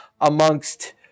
amongst